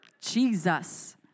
Jesus